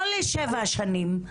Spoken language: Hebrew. לא לשבע שנים.